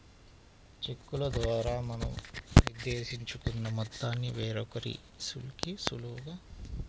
చెక్కుల ద్వారా మనం నిర్దేశించుకున్న మొత్తాన్ని వేరొకరికి సులువుగా చెల్లించమని బ్యాంకులకి ఆదేశించవచ్చు